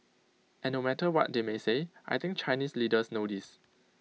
and no matter what they may say I think Chinese leaders know this